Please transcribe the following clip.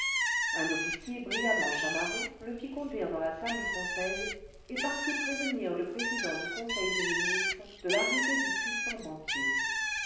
un officier brillamment chamarré le fit conduire dans la salle du conseil et partit prévenir le président du conseil des ministres de p arrivée du puissant banquier